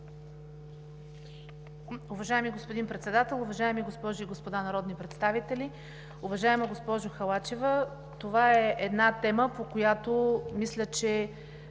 Уважаеми господин Председател, уважаеми госпожи и господа народни представители! Уважаема госпожо Халачева, това е една тема, по която мисля, че